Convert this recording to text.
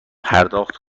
پرداخت